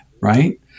right